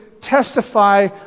testify